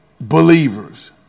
believers